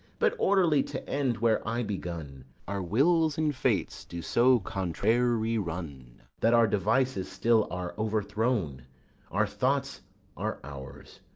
but, orderly to end where i begun our wills and fates do so contrary run that our devices still are overthrown our thoughts are ours,